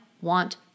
want